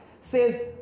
says